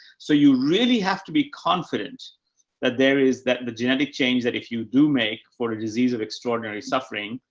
so you really have to be confident that there is that the genetic change that if you do make for a disease of extraordinary suffering,